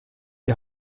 die